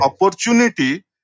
opportunity